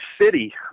city